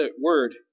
word